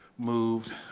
moved,